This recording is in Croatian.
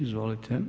Izvolite.